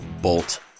bolt